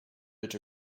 but